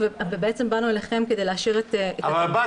ובעצם באנו אליכם כדי לאשר --- באתם,